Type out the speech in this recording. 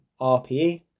RPE